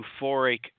euphoric